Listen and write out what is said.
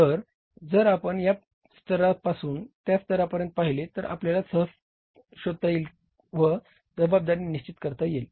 तर जर आपण या स्तरापासून त्या स्तरापर्यंत पाहिले तर आपल्याला सहज शोधता येईल व जबाबदारी निश्चित करता येईल